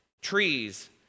trees